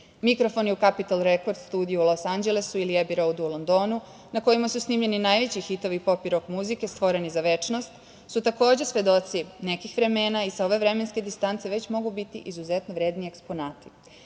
sveta. Mikrofoni u Kapital rekord studiju u Los Anđelesu ili Ebi Roud u Londonu na kojima su snimljeni najveći hitovi pop i rok muzike stvoreni za večnost su takođe svedoci nekih vremena i sa ove vremenske distance već mogu biti izuzetno vredni eksponati. Prostor